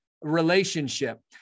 relationship